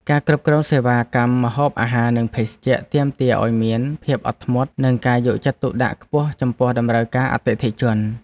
ការគ្រប់គ្រងសេវាកម្មម្ហូបអាហារនិងភេសជ្ជៈទាមទារឱ្យមានភាពអត់ធ្មត់ និងការយកចិត្តទុកដាក់ខ្ពស់ចំពោះតម្រូវការអតិថិជន។